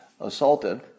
assaulted